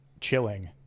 chilling